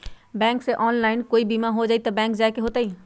Bank से online कोई बिमा हो जाई कि बैंक जाए के होई त?